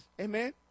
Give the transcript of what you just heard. Amen